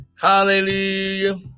Hallelujah